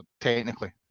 technically